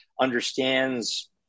understands